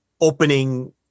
opening